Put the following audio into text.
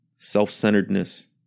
self-centeredness